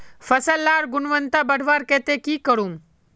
फसल लार गुणवत्ता बढ़वार केते की करूम?